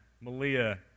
Malia